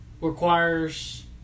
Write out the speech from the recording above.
requires